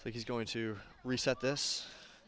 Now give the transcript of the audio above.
so he's going to reset this